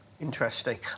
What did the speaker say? Interesting